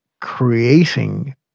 creating